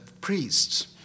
priests